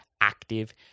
active